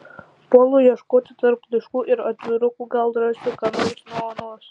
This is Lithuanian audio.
puolu ieškoti tarp laiškų ir atvirukų gal rasiu ką nors nuo anos